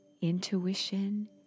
intuition